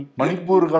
Manipur